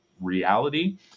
reality